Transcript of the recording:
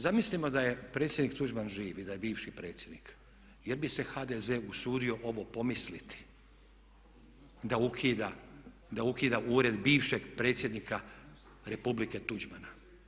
Zamislimo da je predsjednik Tuđman živ i da je bivši predsjednik, je li bi se HDZ usudio ovo pomisliti da ukida Ured bivšeg predsjednika Republike Tuđmana?